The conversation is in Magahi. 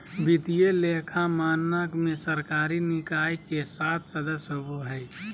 वित्तीय लेखा मानक में सरकारी निकाय के सात सदस्य होबा हइ